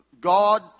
God